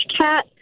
cat